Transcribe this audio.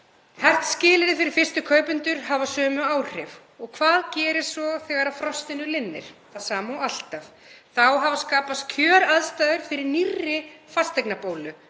Hert skilyrði fyrir fyrstu kaupendur hafa sömu áhrif. Og hvað gerist svo þegar frostinu linnir? Það sama og alltaf. Þá hafa skapast kjöraðstæður fyrir nýja fasteignabólu